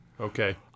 Okay